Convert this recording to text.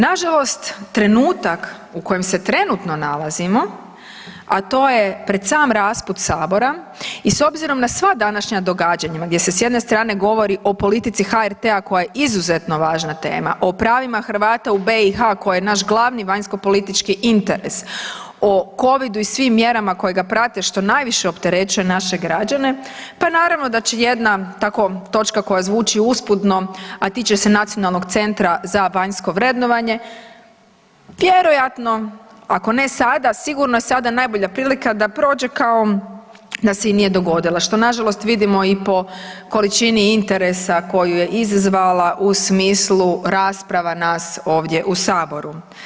Nažalost trenutak u kojem se trenutno nalazimo, a to je pred sam raspust sabora i s obzirom na sva današnja događanja gdje se s jedne strane govori o politici HRT-a koja je izuzetno važna tema, o pravima Hrvata u BiH koja je naš glavni vanjskopolitički interes, o Covidu i svim mjerama koje ga prate što najviše opterećuje naše građane, pa naravno da će jedna tako točka koja zvuči usputno, a tiče se nacionalnog centra za vanjsko vrednovanje ako ne sada, sigurno je sada najbolja prilika da prođe kao da se i nje dogodila što nažalost vidimo i po količini interesa koju je izazvala u smislu rasprava nas ovdje u saboru.